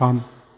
थाम